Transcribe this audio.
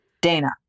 Dana